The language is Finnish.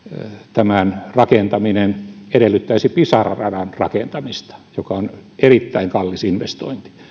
tämän rakentaminen edellyttäisi pisara radan rakentamista joka on erittäin kallis investointi